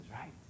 right